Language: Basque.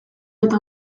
eta